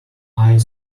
eye